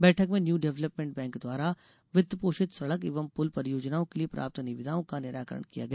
बैठक में new development bank द्वारा वित्त पोषित सड़क एवं पुल परियोजनाओं के लिये प्राप्त निविदाओं का निराकरण किया गया